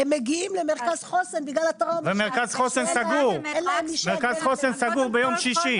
הם מגיעים למרכז חוסן בגלל הטראומה --- ומרכז החוסן סגור ביום שישי.